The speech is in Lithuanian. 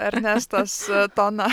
ernestos toną